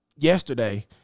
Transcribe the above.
yesterday